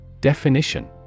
Definition